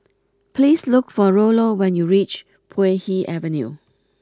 please look for Rollo when you reach Puay Hee Avenue